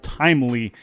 timely